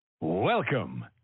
Welcome